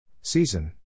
Season